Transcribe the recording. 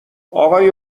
اقای